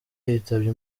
yitabye